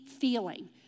feeling